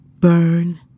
Burn